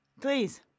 Please